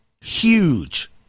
huge